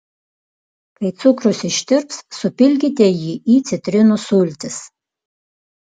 kai cukrus ištirps supilkite jį į citrinų sultis